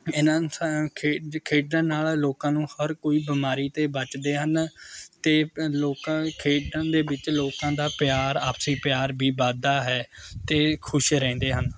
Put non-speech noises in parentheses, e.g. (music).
ਇੰਨਾ (unintelligible) ਖੇਡਣ ਨਾਲ਼ ਲੋਕਾਂ ਨੂੰ ਹਰ ਕੋਈ ਬਿਮਾਰੀ ਤੋਂ ਬਚਦੇ ਹਨ ਅਤੇ ਲੋਕ ਖੇਡਣ ਦੇ ਵਿੱਚ ਲੋਕਾਂ ਦਾ ਪਿਆਰ ਆਪਸੀ ਪਿਆਰ ਵੀ ਵੱਧਦਾ ਹੈ ਅਤੇ ਖੁਸ਼ ਰਹਿੰਦੇ ਹਨ